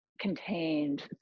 contained